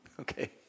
Okay